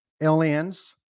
aliens